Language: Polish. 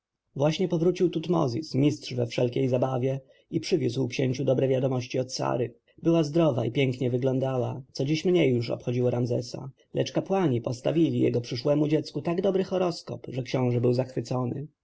właśnie powrócił tutmozis mistrz we wszelkiej zabawie i przywiózł księciu dobre wiadomości od sary była zdrowa i pięknie wyglądała co dziś mniej już obchodziło ramzesa lecz kapłani postawili jego przyszłemu dziecku tak dobry horoskop że książę był zachwycony